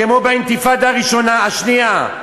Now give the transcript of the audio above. כמו באינתיפאדה השנייה,